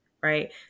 right